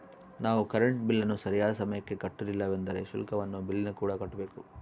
ನಾವು ಕರೆಂಟ್ ಬಿಲ್ಲನ್ನು ಸರಿಯಾದ ಸಮಯಕ್ಕೆ ಕಟ್ಟಲಿಲ್ಲವೆಂದರೆ ಶುಲ್ಕವನ್ನು ಬಿಲ್ಲಿನಕೂಡ ಕಟ್ಟಬೇಕು